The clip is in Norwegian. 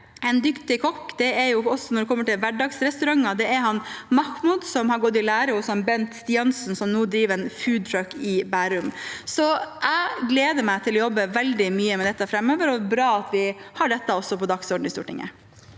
når det gjelder hverdagsrestauranter, er Mahmoud, som har gått i lære hos Bent Stiansen, og som nå driver en foodtruck i Bærum. Jeg gleder meg til å jobbe veldig mye med dette framover, og det er bra at vi også har det på dagsordenen i Stortinget.